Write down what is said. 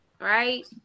right